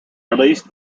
released